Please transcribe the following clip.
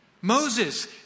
Moses